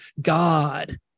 God